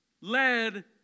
led